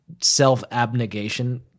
self-abnegation